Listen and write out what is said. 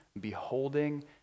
beholding